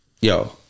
yo